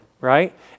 right